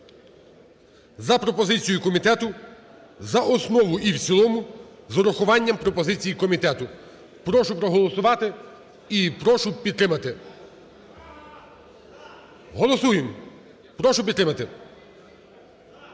за пропозицією комітету за основу і в цілому з врахуванням пропозицій комітету. Прошу проголосувати і прошу підтримати. Голосуємо! Прошу підтримати.